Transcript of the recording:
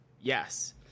yes